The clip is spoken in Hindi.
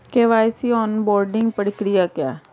के.वाई.सी ऑनबोर्डिंग प्रक्रिया क्या है?